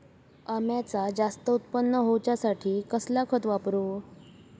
अम्याचा जास्त उत्पन्न होवचासाठी कसला खत वापरू?